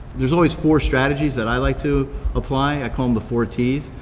there's always four strategies that i like to apply, i call them the four ts,